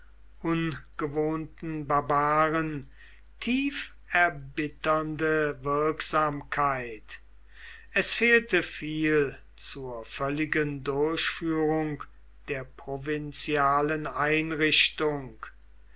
ungewohnten barbaren tief erbitternde wirksamkeit es fehlte viel zur völligen durchführung der provinzialen einrichtung